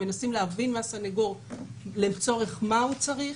מנסים להבין מהסנגור לצורך מה הוא צריך